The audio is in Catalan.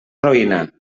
roïna